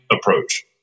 approach